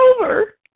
over